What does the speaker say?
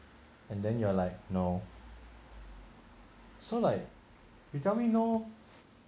and then you are like no so like you tell me no